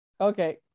okay